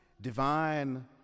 divine